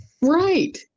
Right